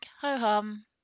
ho-hum